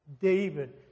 David